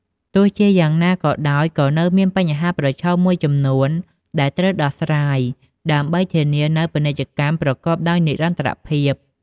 ទោះជាយ៉ាងណាក៏ដោយ ក៏នៅមាន បញ្ហាប្រឈម មួយចំនួនដែលត្រូវដោះស្រាយ ដើម្បីធានានូវពាណិជ្ជកម្មប្រកបដោយនិរន្តរភាព។